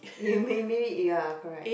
you mean mean it ya correct